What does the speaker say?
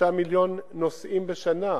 מיליוני נוסעים בשנה,